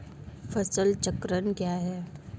फसल चक्रण क्या है?